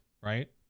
right